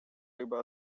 либо